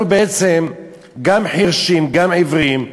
אנחנו גם חירשים, גם עיוורים.